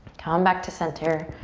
come back to center,